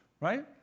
right